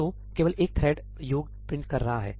तो केवल एक थ्रेड योग प्रिंट कर रहाहै